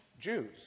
Jews